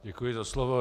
Děkuji za slovo.